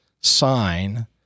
sign